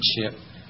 relationship